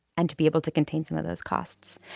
and to be able to contain some of those costs.